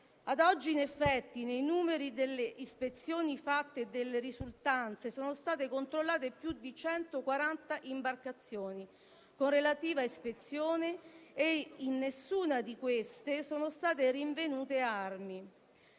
A oggi, in effetti, dai numeri delle ispezioni fatte e dalle risultanze risulta che sono state controllate più di 140 imbarcazioni con relativa ispezione e in nessuna di queste sono state rinvenute armi.